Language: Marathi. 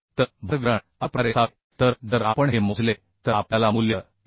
तर भार वितरण अशा प्रकारे असावे तर जर आपण हे मोजले तर आपल्याला मूल्य 130